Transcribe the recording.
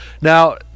Now